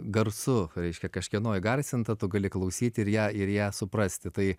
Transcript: garsu reiškia kažkieno įgarsinta tu gali klausyti ir ją ir ją suprasti tai